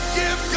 give